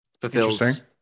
fulfills –